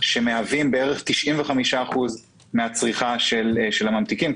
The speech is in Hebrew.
שמהווים בערך 95% מן הצריכה של הממתיקים.